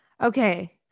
Okay